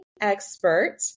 expert